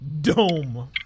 dome